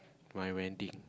my wedding